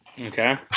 Okay